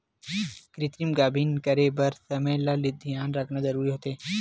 कृतिम गाभिन करे बर समे ल धियान राखना जरूरी होथे